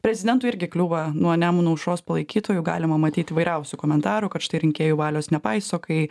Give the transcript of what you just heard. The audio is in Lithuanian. prezidentui irgi kliūva nuo nemuno aušros palaikytojų galima matyt įvairiausių komentarų kad štai rinkėjų valios nepaiso kai